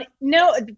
No